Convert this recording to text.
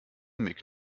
mick